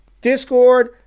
Discord